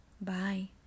Bye